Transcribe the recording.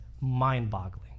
mind-boggling